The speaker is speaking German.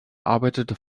arbeitet